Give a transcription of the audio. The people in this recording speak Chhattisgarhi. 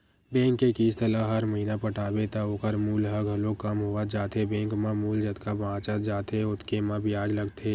बेंक के किस्त ल हर महिना पटाबे त ओखर मूल ह घलोक कम होवत जाथे बेंक म मूल जतका बाचत जाथे ओतके म बियाज लगथे